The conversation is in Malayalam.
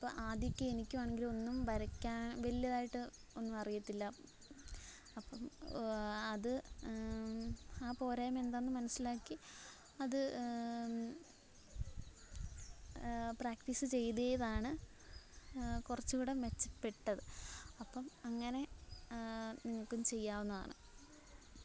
അപ്പം ആദ്യമൊക്കെ എണിക്കുവാന്നെങ്കിലും ഒന്നും വരക്കാൻ വലുതായിട്ട് ഒന്നും അറിയത്തില്ല അപ്പം അത് ആ പോരായ്മ എന്താന്ന് മനസിലാക്കി അത് പ്രാക്റ്റീസ്സ് ചെയ്ത് ചെയ്താണ് കുറച്ചൂടെ മെച്ചപ്പെട്ടത് അപ്പം അങ്ങനെ നിങ്ങൾക്കും ചെയ്യാവുന്നതാണ്